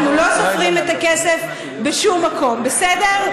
אנחנו לא סופרים את הכסף בשום מקום, בסדר?